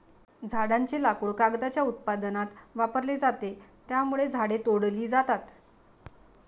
झाडांचे लाकूड कागदाच्या उत्पादनात वापरले जाते, त्यामुळे झाडे तोडली जातात